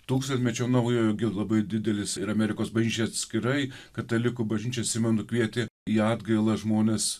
tūkstantmečio naujojo gi labai didelis ir amerikos bažnyčioj atskirai katalikų bažnyčia atsimenu kvietė į atgailą žmones